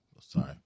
Sorry